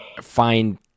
find